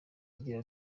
agira